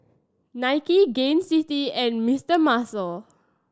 Nike Gain City and Mister Muscle